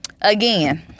Again